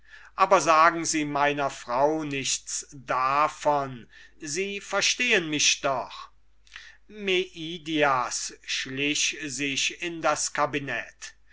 aber sagen sie meiner frau nichts davon sie verstehen mich doch meidias schlich sich in das cabinet